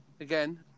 again